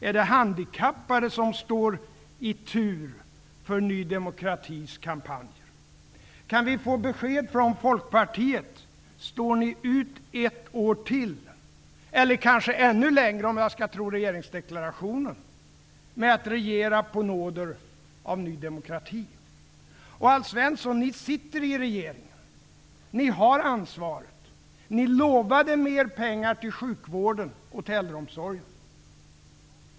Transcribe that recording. Är det handikappade som står näst i tur för Ny demokratis kampanjer? Kan vi få besked från Folkpartiet? Står Folkpartiet ut ett år till, eller kanske ännu längre -- om jag skall tro regeringsdeklarationen -- med att regera på nåder av Ny demokrati? Alf Svensson! Ni sitter i regeringen, och ni har ansvaret. Ni lovade mer pengar till sjukvården och äldreomsorgen.